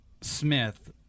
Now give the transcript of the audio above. smith